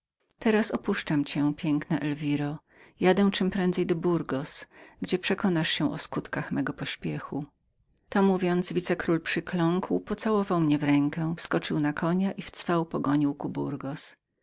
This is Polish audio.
teraz opuszczam cię piękna elwiro jadę czemprędzej do burgos gdzie przekonasz się o skutkach mego pośpiechu to mówiąc wicekról przykląkł pocałował mnie w rękę wskoczył na konia i w czwał pogonił ku